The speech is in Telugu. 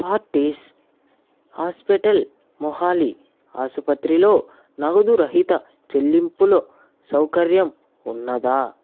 పార్టీస్ హాస్పిటల్ మొహాలీ ఆసుపత్రిలో నగదురహిత చెల్లింపుల సౌకర్యం ఉన్నదా